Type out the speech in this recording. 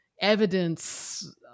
evidence